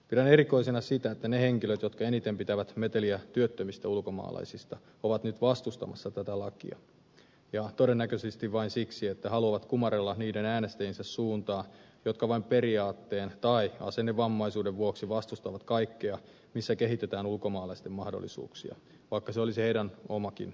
pidän erikoisena sitä että ne henkilöt jotka eniten pitävät meteliä työttömistä ulkomaalaisista ovat nyt vastustamassa tätä lakia ja todennäköisesti vain siksi että haluvat kumarrella niiden äänestäjiensä suuntaan jotka vain periaatteen tai asennevammaisuuden vuoksi vastustavat kaikkea missä kehitetään ulkomaalaisten mahdollisuuksia vaikka se olisi heidän omakin etunsa